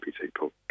people